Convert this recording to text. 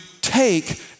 take